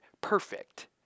perfect